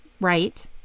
right